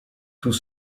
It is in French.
tous